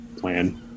plan